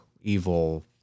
evil